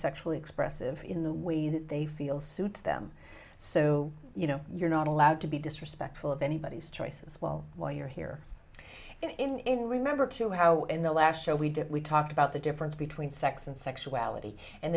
sexually expressive in the way that they feel suits them so you know you're not allowed to be disrespectful of anybody's choices while while you're here in remember to how in the last show we did we talked about the difference between sex and sexuality and